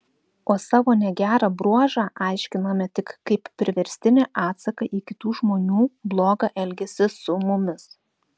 o savo negerą bruožą aiškiname tik kaip priverstinį atsaką į kitų žmonių blogą elgesį su mumis